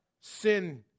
sin